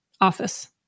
office